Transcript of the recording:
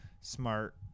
smart